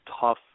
tough